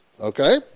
Okay